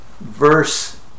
verse